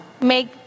make